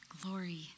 glory